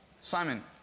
Simon